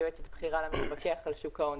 יועצת בכירה למפקח על שוק ההון,